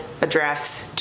address